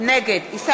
נגד עמיר